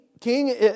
king